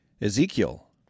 Ezekiel